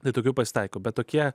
bet tokių pasitaiko bet tokie